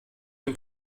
dem